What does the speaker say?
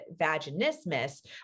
vaginismus